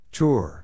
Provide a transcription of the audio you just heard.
Tour